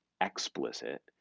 explicit